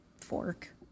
fork